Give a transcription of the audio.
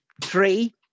Three